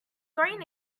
going